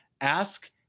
Ask